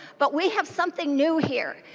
but we have something new here.